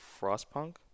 Frostpunk